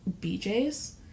BJ's